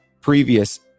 previous